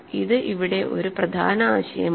ഇത് ഇവിടെ ഒരു പ്രധാന ആശയമാണ്